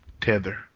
Tether